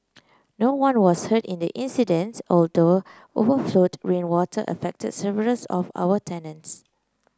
no one was hurt in the incident although overflowed rainwater affected several of our tenants